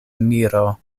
miro